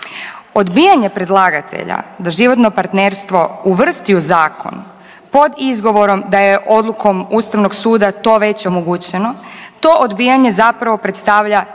Odbijanje predlagatelja da životno partnerstvo uvrsti u zakon pod izgovorom da je odlukom Ustavnog suda to već omogućeno to odbijanje zapravo predstavlja izbjegavanje